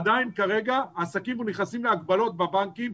עדיין כרגע העסקים פה נכנסים להגבלות בבנקים,